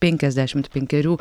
penkiasdešimt penkerių